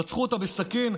רצחו אותה בסכין,